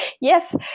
Yes